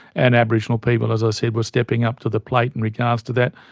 and aboriginal people, as i said, were stepping up to the plate in regards to that,